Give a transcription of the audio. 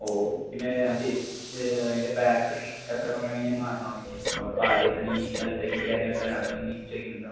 ഓ പിന്നെ അത് അതിൻ്റെ ബാറ്ററി എത്ര കൊല്ലം കഴിഞ്ഞ് മാറണം അതൊക്കെ നമ്മൾ ഇപ്പം ആദ്യമായിട്ടാണീ ഇലക്ട്രിക്കിൻ്റെ കാര്യങ്ങളൊക്കെ അറിയുന്നത് അതാണ് നിങ്ങൾ ചോദിക്കുന്നത് കേട്ടോ